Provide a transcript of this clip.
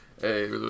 hey